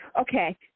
okay